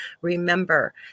Remember